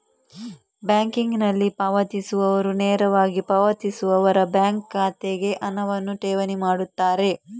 ಬ್ಯಾಂಕಿಂಗಿನಲ್ಲಿ ಪಾವತಿಸುವವರು ನೇರವಾಗಿ ಪಾವತಿಸುವವರ ಬ್ಯಾಂಕ್ ಖಾತೆಗೆ ಹಣವನ್ನು ಠೇವಣಿ ಮಾಡುತ್ತಾರೆ